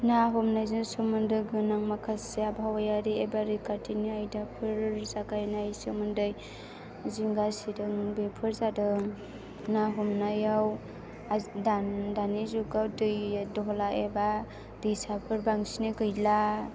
ना हमनायजों सोमोन्दो गोनां माखासे आबहावायारि एबा रैखाथिनि आयदाफोर जागायनाय सोमोन्दै जिंगासिदों बेफोर जादों ना हमनायाव दानि जुगाव दै धला एबा दैसाफोर बांसिनै गैला